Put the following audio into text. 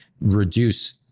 reduce